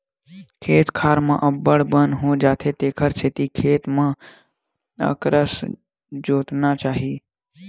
खेत खार म अब्बड़ बन हो जाथे तेखर सेती खेत ल अकरस जोतना चाही